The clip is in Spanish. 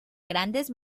grandes